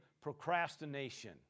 procrastination